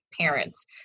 parents